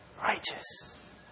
righteous